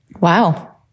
Wow